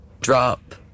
drop